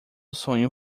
sonho